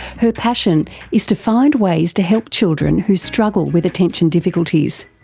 her passion is to find ways to help children who struggle with attention difficulties.